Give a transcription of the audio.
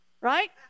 Right